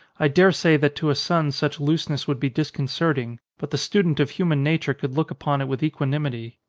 i daresay that to a son such looseness would be disconcerting, but the student of human nature could look upon it with equanimity.